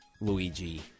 luigi